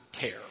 care